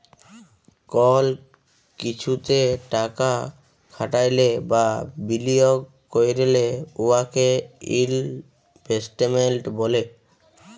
call কিছুতে টাকা খাটাইলে বা বিলিয়গ ক্যইরলে উয়াকে ইলভেস্টমেল্ট ব্যলে